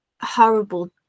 horrible